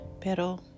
Pero